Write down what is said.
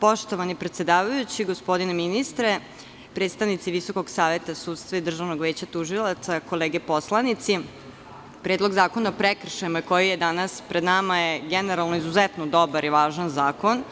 Poštovani predsedavajući, gospodine ministre, predstavnici Visokog saveta sudstva i Državnog veća tužilaca, kolege poslanici, Predlog zakona o prekršajima koji je danas pred nama je generalno izuzetno dobar i važan zakon,